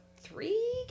three